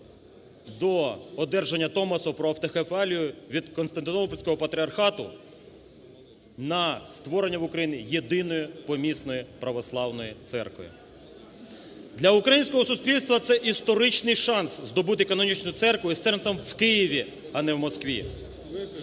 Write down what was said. до одержання Томосу про автокефалію від Константинопольського Патріархату на створення в Україні Єдиної Помісної Православної Церкви. Для українського суспільства – це історичний шанс здобути канонічну церкву із центром у Києві, а не в Москві.